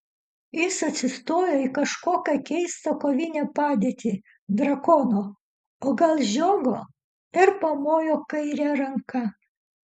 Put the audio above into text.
jis atsistojo į kažkokią keistą kovinę padėtį drakono o gal žiogo ir pamojo kaire ranka